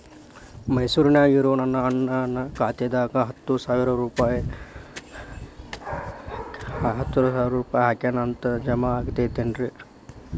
ಮೈಸೂರ್ ನ್ಯಾಗ್ ಇರೋ ನನ್ನ ಅಣ್ಣ ನನ್ನ ಖಾತೆದಾಗ್ ಹತ್ತು ಸಾವಿರ ರೂಪಾಯಿ ಹಾಕ್ಯಾನ್ ಅಂತ, ಜಮಾ ಆಗೈತೇನ್ರೇ?